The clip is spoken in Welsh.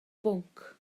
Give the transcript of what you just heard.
bwnc